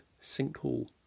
Sinkhole